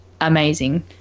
amazing